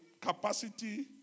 capacity